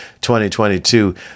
2022